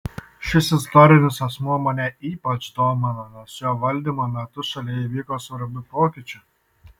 šis istorinis asmuo mane ypač domina nes jo valdymo metu šalyje įvyko svarbių pokyčių